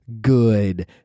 good